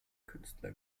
künstler